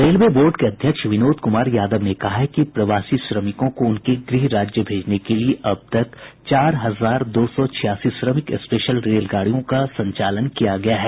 railway board के अध्यक्ष विनोद कुमार यादव ने कहा है कि प्रवासी श्रमिकों को उनके गृह राज्य भेजने के लिए अब तक चार हजार दो सौ छियासी श्रमिक स्पेशल रेलगाड़ियों का संचालन किया गया है